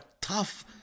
tough